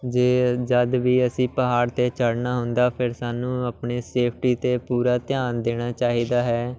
ਜੇ ਜਦੋਂ ਵੀ ਅਸੀਂ ਪਹਾੜ 'ਤੇ ਚੜ੍ਹਨਾ ਹੁੰਦਾ ਫਿਰ ਸਾਨੂੰ ਆਪਣੇ ਸੇਫਟੀ 'ਤੇ ਪੂਰਾ ਧਿਆਨ ਦੇਣਾ ਚਾਹੀਦਾ ਹੈ